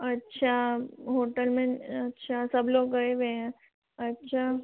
अच्छा होटल में अच्छा सब लोग गए हुए हैं अच्छा